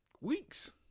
weeks